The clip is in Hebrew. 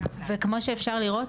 וכמו שאפשר לראות,